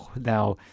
Now